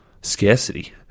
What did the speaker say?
scarcity